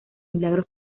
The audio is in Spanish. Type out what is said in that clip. milagros